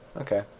Okay